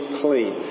clean